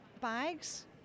bags